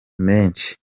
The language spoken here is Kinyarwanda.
menshi